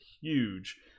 huge